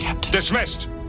Dismissed